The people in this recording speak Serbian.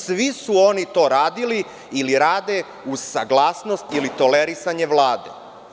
Svi su oni to radili ili rade uz saglasnost ili tolerisanje Vlade.